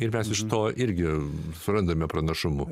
ir mes iš to irgi surandame pranašumu